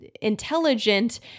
intelligent